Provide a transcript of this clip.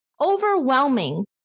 overwhelming